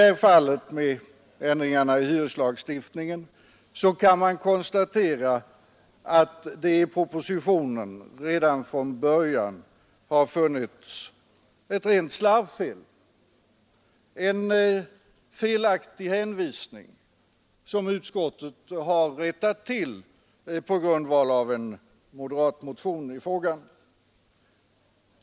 När det gäller ändringarna i hyreslagstiftningen kan man konstatera att det i propositionen redan från början funnits ett rent slarvfel, en felaktig hänvisning, som utskottet rättat till på grundval av en moderat motion i frågan.